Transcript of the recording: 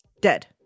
dead